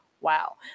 Wow